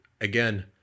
again